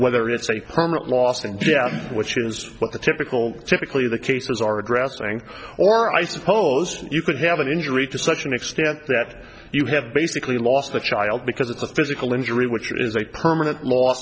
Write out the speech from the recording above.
whether it's a permanent loss and yeah which is what the typical typically the cases are aggressing or i suppose you could have an injury to such an extent that you have basically lost a child because it's a physical injury which is a permanent l